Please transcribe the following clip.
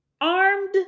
Armed